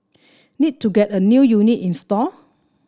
need to get a new unit installed